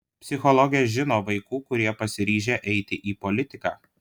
psichologė žino vaikų kurie pasiryžę eiti į politiką